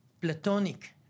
platonic